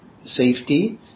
safety